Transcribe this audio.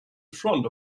front